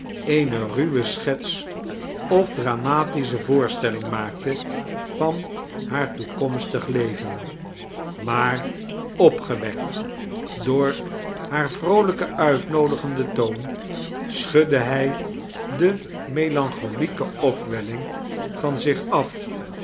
eene ruwe schets of dramatische voorstelling maakte van haar toekomstig leven maar opgewekt door haar vroolijken uitnoodigenden toon schudde hij de melancholieke opwelling van zich af